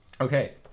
Okay